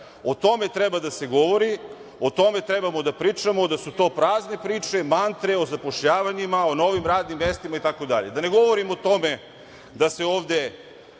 O tome treba da se govori, o tome trebamo da pričamo, da su to prazne priče, mantre o zapošljavanjima, o novim radnim mestima itd. Da ne govorim o tome da se ovde